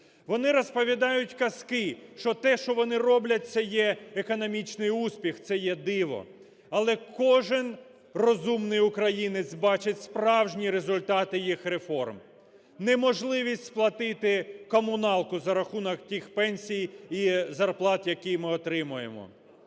Вони розповідають казки, що те, що вони роблять, - це є економічний успіх, це є диво. Але кожен розумний українець бачить справжні результати їх реформ: неможливість сплатити комуналку за рахунок тих пенсій і зарплат, які ми отримуємо,